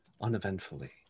uneventfully